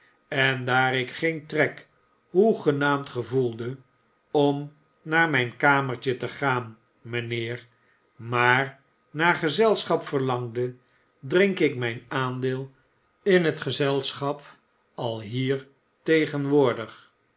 en daar ik geen trek hoegenaamd gevoelde om naar mijn kamertje te gaan mijnheer maar naar gezelschap verlangde drink ik mijn aandeel in het gezelschap alhier tegenwoordig